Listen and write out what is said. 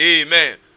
Amen